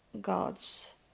God's